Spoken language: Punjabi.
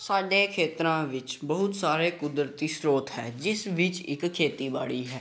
ਸਾਡੇ ਖੇਤਰਾਂ ਵਿੱਚ ਬਹੁਤ ਸਾਰੇ ਕੁਦਰਤੀ ਸਰੋਤ ਹੈ ਜਿਸ ਵਿੱਚ ਇੱਕ ਖੇਤੀਬਾੜੀ ਹੈ